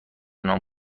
نام